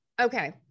Okay